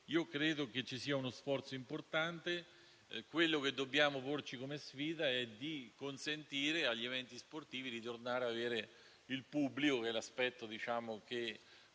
Credo ci sia quindi uno sforzo importante. Ciò che dobbiamo porci come sfida è consentire agli eventi sportivi di tornare ad avere il pubblico, che è l'aspetto che